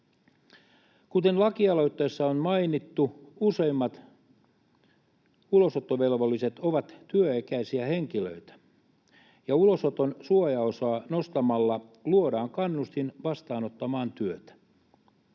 Kuten lakialoitteessa on mainittu, useimmat ulosottovelvolliset ovat työikäisiä henkilöitä, ja ulosoton suojaosaa nostamalla luodaan kannustin vastaanottamaan työtä.